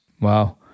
Wow